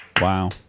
Wow